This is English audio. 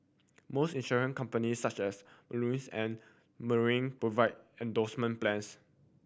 most insurance companies such as Manulife and Tokio Marine provide endowment plans